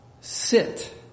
sit